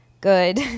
good